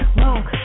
walk